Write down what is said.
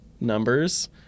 numbers